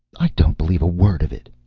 i don't believe a word of it,